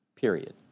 Period